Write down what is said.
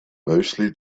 mostly